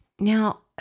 Now